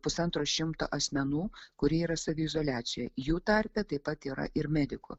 pusantro šimto asmenų kurie yra saviizoliacijoj jų tarpe taip pat yra ir medikų